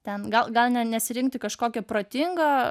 ten gal gal ne nesirinkti kažkokį protingą